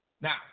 Now